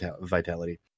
Vitality